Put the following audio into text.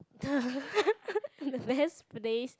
the best place